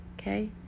okay